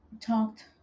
talked